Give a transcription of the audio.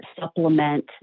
supplement